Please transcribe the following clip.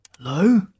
Hello